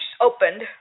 opened